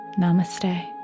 Namaste